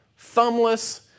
thumbless